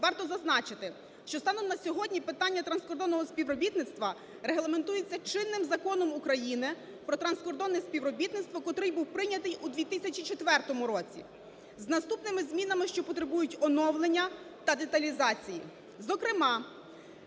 Варто зазначити, що станом на сьогодні питання транскордонного співробітництва регламентується чинним Законом України "Про транскордонне співробітництво", котрий був прийнятий у 2004 році, з наступними змінами, що потребують оновлення та деталізації.